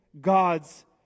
God's